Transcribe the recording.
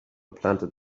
planted